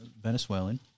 Venezuelan